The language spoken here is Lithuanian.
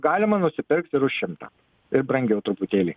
galima nusipirkt ir už šimtą ir brangiau truputėlį